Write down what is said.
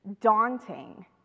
daunting